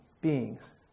beings